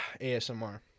ASMR